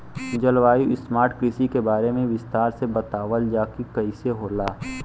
जलवायु स्मार्ट कृषि के बारे में विस्तार से बतावल जाकि कइसे होला?